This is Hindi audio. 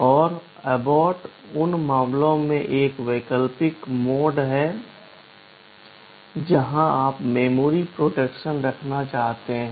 और अबो्र्ट उन मामलों के लिए एक वैकल्पिक मोड है जहां आप मेमोरी प्रोटेक्शन रखना चाहते हैं